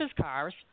cars